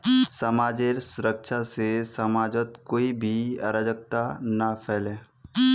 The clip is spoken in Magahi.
समाजेर सुरक्षा से समाजत कोई भी अराजकता ना फैले